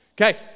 Okay